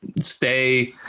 stay